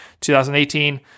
2018